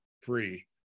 free